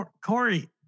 Corey